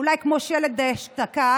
אולי כמו שלג דאשתקד.